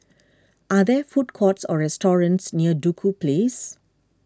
are there food courts or restaurants near Duku Place